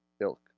ilk